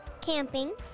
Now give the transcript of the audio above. camping